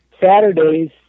Saturdays